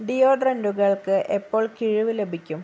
ഡിയോഡ്രൻറ്റുകൾക്ക് എപ്പോൾ കിഴിവ് ലഭിക്കും